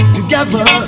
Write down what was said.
Together